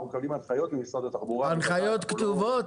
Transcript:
אנחנו מקבלים הנחיות ממשרד התחבורה --- הנחיות כתובות?